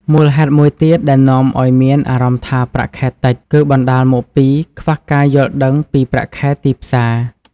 មូលហេតុមួយទៀតដែលនាំឲ្យមានអារម្មណ៍ថាប្រាក់ខែតិច គឺបណ្តាលមកពី ខ្វះការយល់ដឹងពីប្រាក់ខែទីផ្សារ។